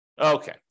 Okay